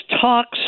talks